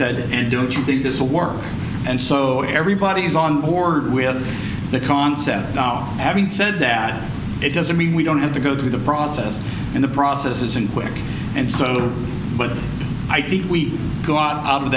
said and don't you think this will work and so everybody's on board with the concept now having said that it doesn't mean we don't have to go through the process and the process isn't quick and so but i think we go out of